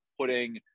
putting